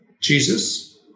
Jesus